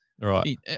Right